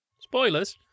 Spoilers